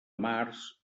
març